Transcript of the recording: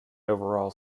overall